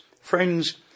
Friends